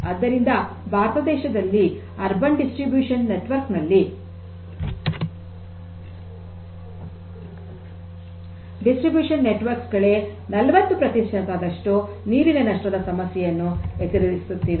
ಆದ್ದರಿಂದ ಭಾರತ ದೇಶದಲ್ಲಿ urban distribution network ನಲ್ಲಿ ಡಿಸ್ಟ್ರಿಬ್ಯುಶನ್ ನೆಟ್ವರ್ಕ್ಸ್ ಗಳೇ ೪೦ ಪ್ರತಿಶತದಷ್ಟು ನೀರಿನ ನಷ್ಟದ ಸಮಸ್ಯೆಯನ್ನು ಎದುರಿಸುತ್ತಿದೆ